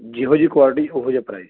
ਜਿਹੋ ਜਿਹੀ ਕੁਆਲਿਟੀ ਉਹੋ ਜਿਹਾ ਪ੍ਰਾਈਜ਼